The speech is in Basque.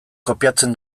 kopiatzen